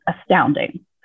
astounding